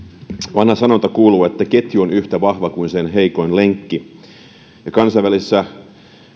vanha sanonta kuuluu että ketju on yhtä vahva kuin sen heikoin lenkki ja kansainvälisessä